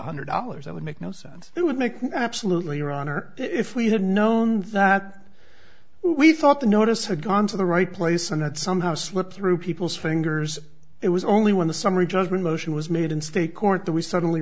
hundred dollars i would make no sense it would make absolutely your honor if we had known that we thought the notice had gone to the right place and that somehow slipped through people's fingers it was only when the summary judgment motion was made in state court that we suddenly